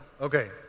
Okay